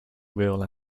real